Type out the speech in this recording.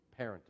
parenting